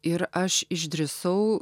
ir aš išdrįsau